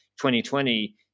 2020